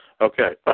Okay